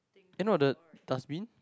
eh not the dustbin